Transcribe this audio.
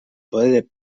poder